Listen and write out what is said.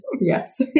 Yes